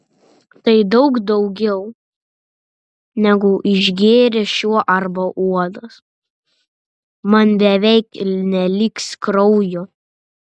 tai daug daugiau negu išgėrė šuo arba uodas man beveik neliks kraujo